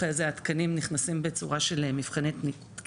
אחרי זה התקנים נכנסים בעצם בצורה של מבחני תמיכה.